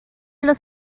los